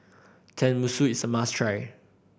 tenmusu is a must try